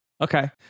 Okay